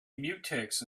mutex